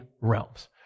realms